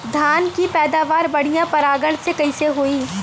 धान की पैदावार बढ़िया परागण से कईसे होई?